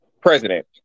president